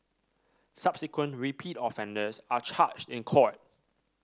subsequent repeat offenders are charged in court